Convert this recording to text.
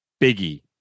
Biggie